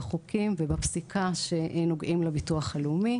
בחוקים ובפסיקה שנוגעים לביטוח הלאומי.